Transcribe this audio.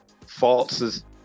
false